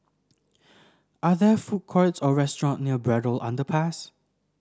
are there food courts or restaurants near Braddell Underpass